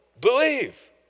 believe